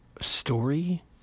story